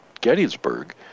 gettysburg